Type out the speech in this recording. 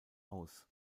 aus